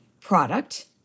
product